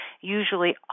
usually